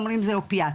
אומרים זה אופיאטים,